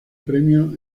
premio